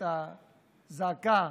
הזעקה